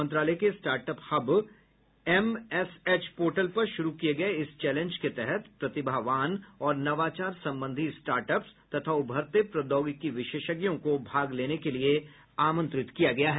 मंत्रालय के startup hub MSH portal पर शुरू किए गए इस चैलेंज के तहत प्रतिभावान और नवाचार संबंधी स्टार्टअप्स तथा उभरते प्रौद्योगिकी विशेषज्ञों को भाग लेने के लिए आमंत्रित किया गया है